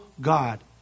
God